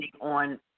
on